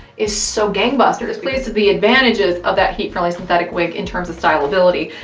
is so gangbusters. plays to the advantages of that heat-friendly synthetic wig in terms of styleability.